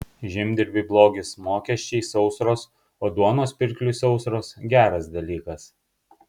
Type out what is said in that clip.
žemdirbiui blogis mokesčiai sausros o duonos pirkliui sausros geras dalykas